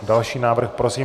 Další návrh prosím.